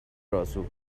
راسو